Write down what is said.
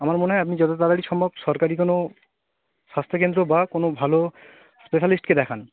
আমার মনে হয় আপনি যত তাড়াতাড়ি সম্ভব সরকারি কোনও স্বাস্থ্যকেন্দ্র বা কোনও ভালো স্পেশালিস্টকে দেখান